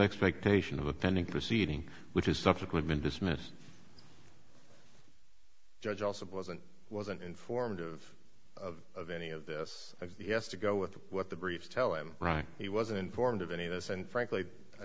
expectation of offending proceeding which is subsequent been dismissed judge also wasn't wasn't informed of of any of this yes to go with what the briefs tell him right he wasn't informed of any of this and frankly a